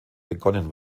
begonnen